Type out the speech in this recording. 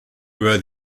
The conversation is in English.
were